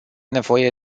nevoie